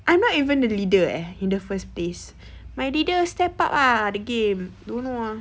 I'm not even the leader eh in the first place my leader step up ah the game don't know ah